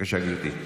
בבקשה, גברתי.